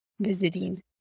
visiting